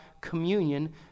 communion